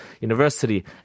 university